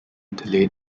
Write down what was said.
delayed